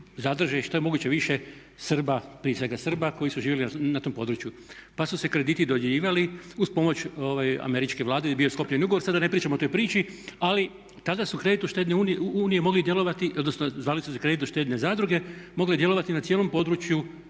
zadrži što je moguće više Srba, prije svega Srba koji su živjeli na tom području. Pa su se krediti dodjeljivali uz pomoć Američke vlade jer je bio sklopljen ugovor, sad da ne pričam o toj priči, ali tada su kreditno-štedne unije mogle djelovati odnosno zvale su se Kreditno-štedne zadruge mogle djelovati na cijelom području